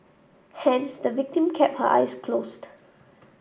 hence the victim kept her eyes closed